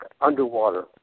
underwater